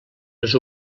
les